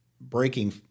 breaking